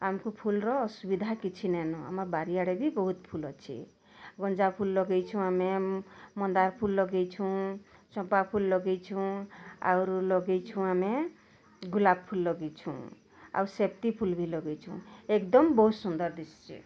ଆମ୍କୁ ଫୁଲର ଅସୁବିଧା କିଛି ନାଇ ନ ଆମ୍ର ବାରିଆଡ଼େ ବି ବହୁତ୍ ଫୁଲ ଅଛେ ଗଞ୍ଜା ଫୁଲ୍ ଲଗେଇଛୁଁ ଆମେ ମନ୍ଦାର୍ ଫୁଲ୍ ଲଗେଇଛୁଁ ଚମ୍ପା ଫୁଲ୍ ଲଗେଇଛୁଁ ଆରୁ ଲଗେଇଛୁଁ ଆମେ ଗୁଲାପ୍ ଫୁଲ୍ ଲଗେଇଛୁଁ ଆଉ ସେବ୍ତି ଫୁଲ୍ ବି ଲଗେଇଛୁଁ ଏକଦମ୍ ବହୁତ୍ ସୁନ୍ଦର୍ ଦିଶ୍ଛିଁ